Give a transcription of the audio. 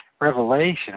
Revelation